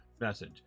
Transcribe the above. message